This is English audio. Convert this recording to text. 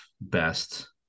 best